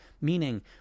meaning